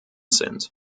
sind